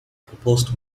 proposed